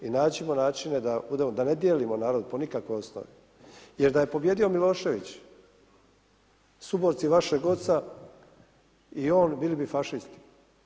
I nađimo načine da ne dijelimo narod po nikakvoj osnovi jer da je pobijedio Milošević, suborci vašeg oca i on, bili bi fašisti.